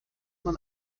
man